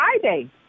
Friday